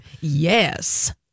Yes